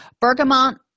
Bergamot